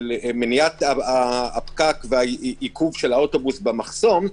מניעת העיכוב והפקק של האוטובוס במחסום,